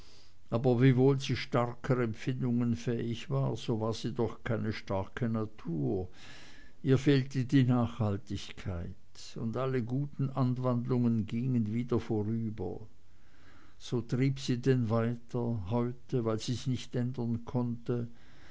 aber wiewohl sie starker empfindungen fähig war so war sie doch keine starke natur ihr fehlte die nachhaltigkeit und alle guten anwandlungen gingen wieder vorüber so trieb sie denn weiter heute weil sie's nicht ändern konnte